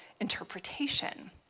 interpretation